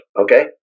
okay